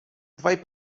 dwaj